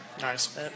Nice